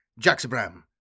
Jaxabram